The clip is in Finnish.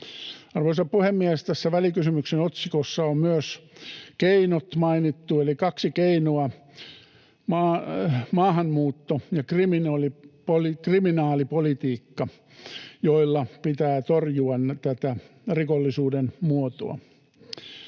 Arvoisa puhemies! Tässä välikysymyksen otsikossa on myös keinot mainittu eli kaksi keinoa, maahanmuutto‑ ja kriminaalipolitiikka, joilla pitää torjua tätä rikollisuuden muotoa.